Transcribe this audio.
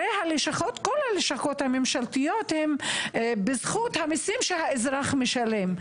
הרי כל הלשכות הממשלתיות הן בזכות המיסים שהאזרח משלם,